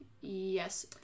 Yes